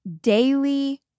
daily